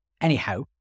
Anyhow